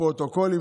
ולפרוטוקולים,